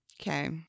Okay